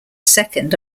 second